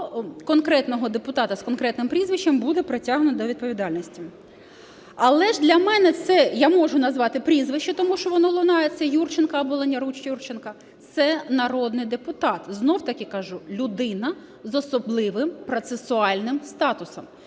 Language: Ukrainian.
конкретного депутата з конкретним прізвищем буде притягнуто до відповідальності. Але ж для мене це, я можу назвати прізвище, тому що воно лунає – це Юрченко – це народний депутат, знову-таки кажу людина з особливим процесуальним статусом.